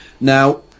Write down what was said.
Now